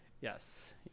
Yes